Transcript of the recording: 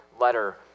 letter